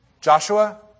Joshua